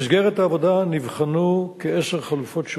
במסגרת העבודה נבחנו כעשר חלופות שונות,